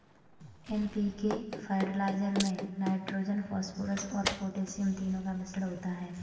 NPK fertiliser में nitrogen, phosphorus और potassium तीनों का मिश्रण होता है